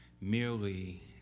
merely